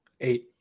Eight